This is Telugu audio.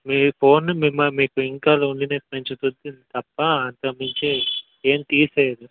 మీ ఫోన్ని మిమ్మ మీకు ఇంకా లోన్లీనెస్ పెంచుతుంది తప్ప అంతకుమించి ఏం తీసేయదు